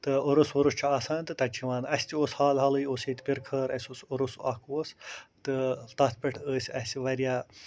تہٕ عرُس وُرُس چھُ آسان تہٕ تَتہِ چھُ یِوان اَسہِ تہِ اوس حالحالٕے اوس ییٚتہِ پِرٕ کھٲر عرُس اکھ اوس تہٕ تَتھ پٮ۪ٹھ ٲسۍ اَسہِ واریاہ